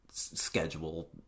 Schedule